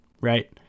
right